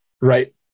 Right